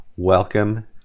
Welcome